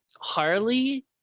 Harley